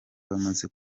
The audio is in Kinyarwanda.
bamaze